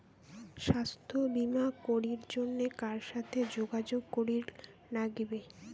স্বাস্থ্য বিমা করির জন্যে কার সাথে যোগাযোগ করির নাগিবে?